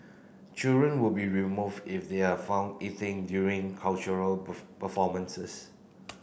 children will be removed if they are found eating during cultural performances